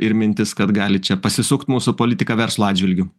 ir mintis kad gali čia pasisukt mūsų politika verslo atžvilgiu